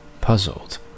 puzzled